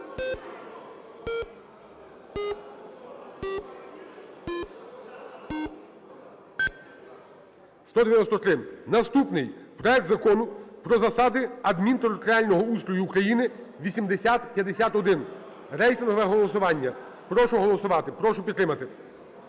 За-193 Наступний. Проект Закону про засади адмінтериторіального устрою України, 8051. Рейтингове голосування. Прошу голосувати, прошу підтримати.